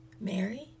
Mary